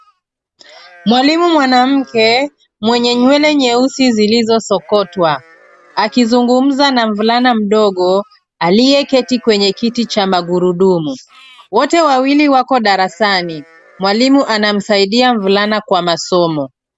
Mwalimu mwanamke mwenye nywele nyeusi zilizo sokotwa akizungumza na mvulana mdogo aliyeketi kwenye kiti cha magurudumu, wote wawili wako darasani, mwalimu anamsaidia mvulana kwa masomo.